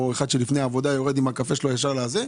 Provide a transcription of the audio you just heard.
או את אותו אחד שלפני עבודה יורד עם הקפה שלו עם סיגריה.